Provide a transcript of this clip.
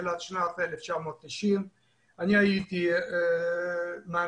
בתחילת שנת 1990. אני הייתי שם מהנדס